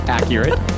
Accurate